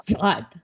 God